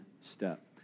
step